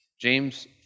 James